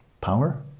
Power